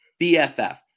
BFF